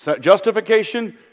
Justification